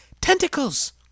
Tentacles